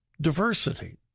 diversity